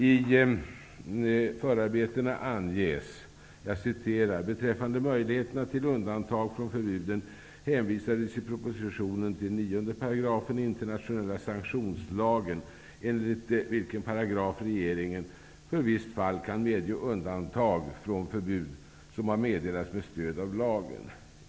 I förarbetena anges följande: ''Beträffande möjligheterna till undantag från förbuden, hänvisades i propositionen till 9 § i internationella sanktionslagen, enligt vilken paragraf regeringen för visst fall kan medge undantag från förbud som har meddelats med stöd av lagen.